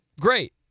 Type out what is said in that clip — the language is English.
great